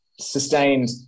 sustained